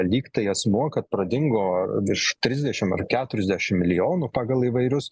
lyg tai asmuo kad pradingo virš trisdešimt ar keturiasdešimt milijonų pagal įvairius